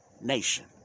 nation